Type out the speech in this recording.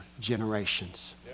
generations